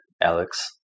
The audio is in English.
Alex